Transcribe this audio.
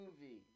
movie